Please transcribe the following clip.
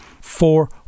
Four